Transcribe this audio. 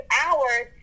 hours